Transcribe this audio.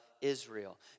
Israel